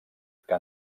que